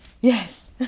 yes